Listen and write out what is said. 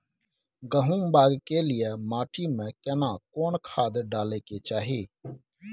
गहुम बाग के लिये माटी मे केना कोन खाद डालै के चाही?